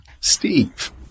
Steve